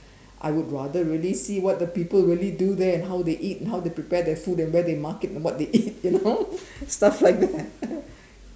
I would rather really see what the people really do there and how they eat and how they prepare their food and where they market and what they eat you know stuff like that